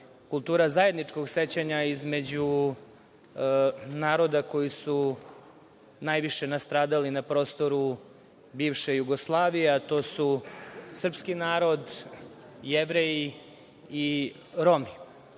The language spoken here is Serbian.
kultura zajedničkog sećanja između naroda koji su najviše nastradali na prostoru bivše Jugoslavije, a to su srpski narod, Jevreji i